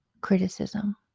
criticism